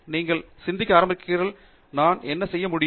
நீங்கள் சிந்திக்க ஆரம்பிக்கிறீர்கள் நான் என்ன செய்ய முடியும்